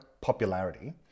popularity